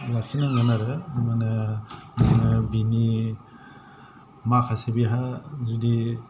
लाखिनांगोन आरो माने माने बिनि माखासे बेहा जुदि